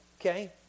okay